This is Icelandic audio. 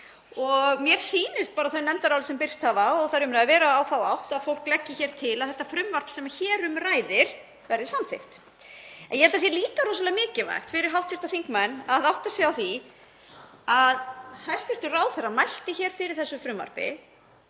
Mér sýnist bara þau nefndarálit sem birst hafa og umræður verið í þá átt að fólk leggi til að þetta frumvarp sem hér um ræðir verði samþykkt. Ég held það sé líka rosalega mikilvægt fyrir hv. þingmenn að átta sig á því að hæstv. ráðherra mælti fyrir þessu frumvarpi